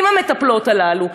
עם המטפלות הללו?